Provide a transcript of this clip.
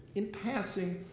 in passing,